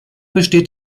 besteht